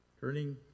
Turning